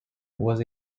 was